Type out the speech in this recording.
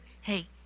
hey